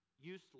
useless